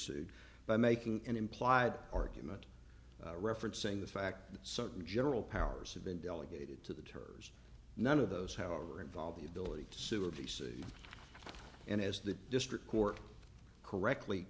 sued by making an implied argument referencing the fact that certain general powers have been delegated to the term none of those however involve the ability to sue a d c and as the district court correctly